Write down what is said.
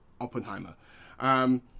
Oppenheimer